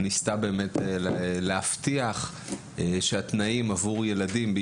ניסתה להבטיח שהתנאים עבור ילדים מתקיימים,